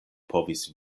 povis